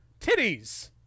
titties